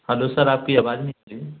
hello sir आपकी आवाज़ नहीं आ रही